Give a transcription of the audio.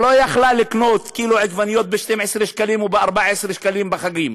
שלא יכול היה לקנות קילו עגבניות ב-12 שקלים וב-14 שקלים בחגים.